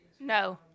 no